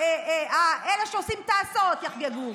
אלה שעושים את ההסעות יחגגו,